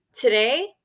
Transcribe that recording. today